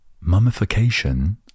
mummification